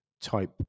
type